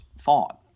thought